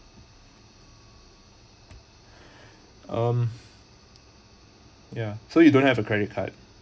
um yeah so you don't have a credit card